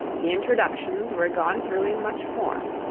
the introductions were gone through in much form.